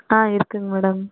ஆ இருக்குங்க மேடம்